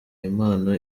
impano